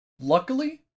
Luckily